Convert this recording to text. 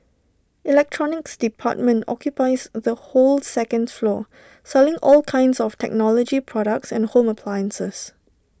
electronics department occupies the whole second floor selling all kinds of technology products and home appliances